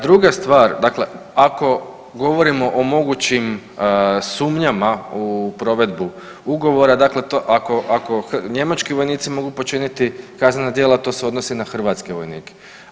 Druga stvar, dakle ako govorimo o mogućim sumnjama u provedbu ugovora, dakle to ako, ako njemački vojnici mogu počiniti kaznena djela to se odnosi i na hrvatske vojnike.